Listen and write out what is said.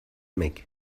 mick